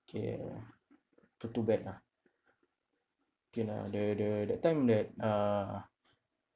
okay too too bad lah okay lah the the that time that uh